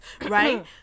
right